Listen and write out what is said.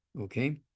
okay